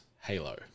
halo